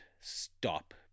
Stop